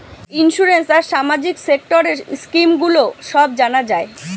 insurance আর সামাজিক সেক্টরের স্কিম গুলো সব জানা যায়